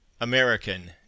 American